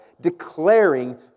declaring